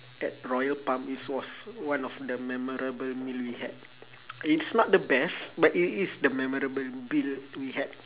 that royal palm is was one of the memorable meal we had it's not the best but it is the memorable meal we had